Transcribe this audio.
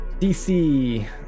DC